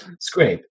scrape